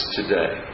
today